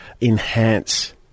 enhance